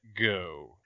go